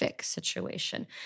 situation